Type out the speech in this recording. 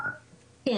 כן.